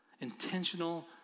Intentional